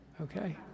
Okay